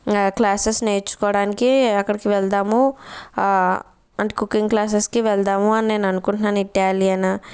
classes నేర్చుకోడానికి అక్కడికి వెళ్దాము అంటే కుకింగ్ క్లాసెస్కి వెళ్దాము అని నేననుకుంటున్నాను ఇటాలియన్